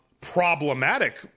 problematic